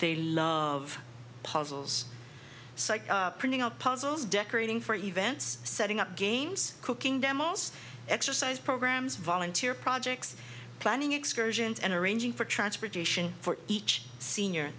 they love of puzzles printing out puzzles decorating for events setting up games cooking demos exercise programs volunteer projects planning excursions and arranging for transportation for each senior